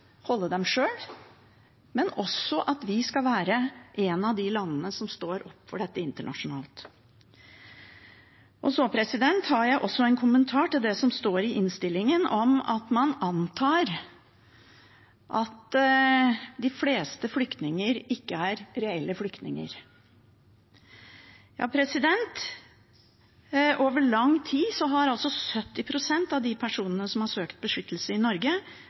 være et av de landene som står opp for dette internasjonalt. Jeg har også en kommentar til det som står i innstillingen om at man antar at de fleste flyktninger ikke er reelle flyktninger. Over lang tid har 70 pst. av de personene som har søkt beskyttelse i Norge,